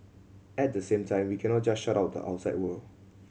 at the same time we cannot just shut out the outside world